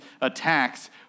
attacks